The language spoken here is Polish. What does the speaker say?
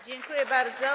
Dziękuję bardzo.